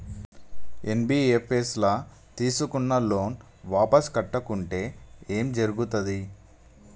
NBFS ల తీస్కున్న loan వాపస్ కట్టకుంటే ఏం జర్గుతది?